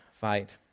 fight